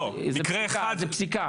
מקרה אחד זה פסיקה.